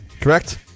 correct